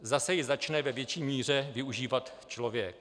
Zase ji začne ve větší míře využívat člověk.